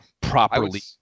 properly